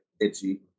itchy